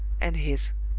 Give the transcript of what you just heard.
and his.